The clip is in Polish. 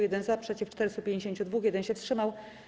1 - za, przeciw - 452, 1 się wstrzymał.